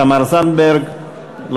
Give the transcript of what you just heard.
תמר זנדברג,